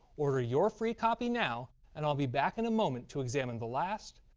order your free copy now and i'll be back in a moment to examine the last,